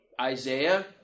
Isaiah